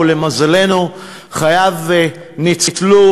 ולמזלנו חייו ניצלו.